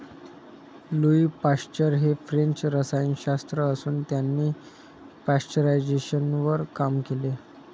Louis Pasteur हे French रसायनशास्त्रज्ञ असून त्यांनी पाश्चरायझेशनवर काम केले